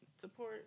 support